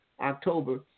October